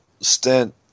stint